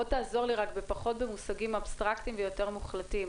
בוא תעזור לי פחות במושגים אבסטרקטיים ויותר במוחלטים